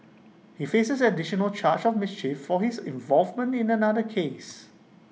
he faces additional charge of mischief for his involvement in another case